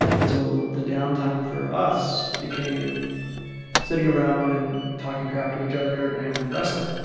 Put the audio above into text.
and so the downtime for us became sitting around and talking crap to each other and wrestling.